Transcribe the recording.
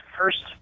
first